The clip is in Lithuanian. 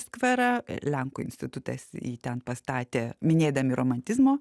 skverą lenkų institutas jį ten pastatė minėdami romantizmo